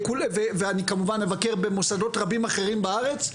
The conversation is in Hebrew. ואני כמובן אבקר במוסדות רבים אחרים בארץ.